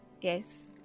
yes